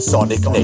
Sonic